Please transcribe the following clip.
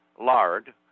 lard